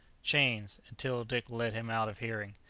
chains! until dick led him out of hearing.